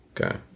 Okay